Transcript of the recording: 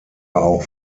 auch